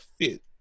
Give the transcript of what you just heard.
fit